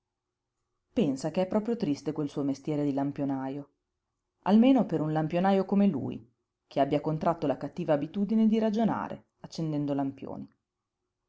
pensa che è proprio triste quel suo mestiere di lampionajo almeno per un lampionajo come lui che abbia contratto la cattiva abitudine di ragionare accendendo lampioni